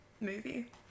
movie